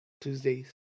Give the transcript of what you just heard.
Tuesdays